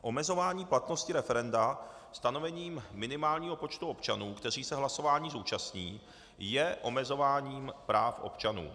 Omezování platnosti referenda stanovením minimálního počtu občanů, kteří se hlasování zúčastní, je omezováním práv občanů.